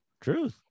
truth